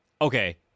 Okay